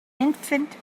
infant